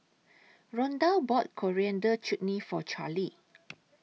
Rondal bought Coriander Chutney For Carley